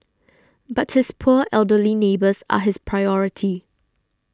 but his poor elderly neighbours are his priority